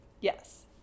yes